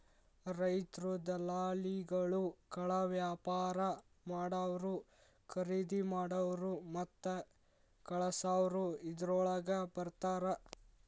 ರೈತ್ರು, ದಲಾಲಿಗಳು, ಕಾಳವ್ಯಾಪಾರಾ ಮಾಡಾವ್ರು, ಕರಿದಿಮಾಡಾವ್ರು ಮತ್ತ ಕಳಸಾವ್ರು ಇದ್ರೋಳಗ ಬರ್ತಾರ